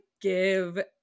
give